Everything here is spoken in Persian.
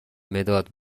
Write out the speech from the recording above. مداد